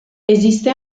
esiste